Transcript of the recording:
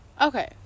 okay